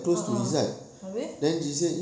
ah ah ah where